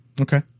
Okay